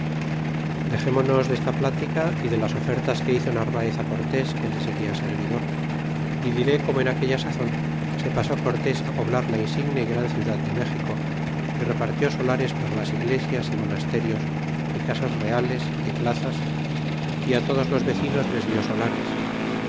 dexemonos desta platica y de las ofertas que hizo narvaez á cortés que le seria servidor y diré como en aquella sazon se pasó cortés poblar la insigne y gran ciudad de méxico y repartió solares para las iglesias y monasterios y casas reales y plazas y á todos los vecinos les dió